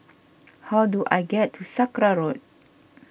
how do I get to Sakra Road